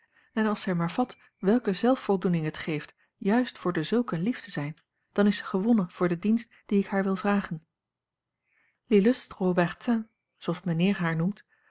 en als zij maar vat welke zelfvoldoening het geeft juist voor dezulken lief te zijn dan is ze gewonnen voor den dienst dien ik haar wil vragen l'illustre haubertin zooals mijnheer haar noemt